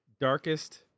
darkest